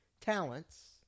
talents